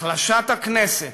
החלשת הכנסת,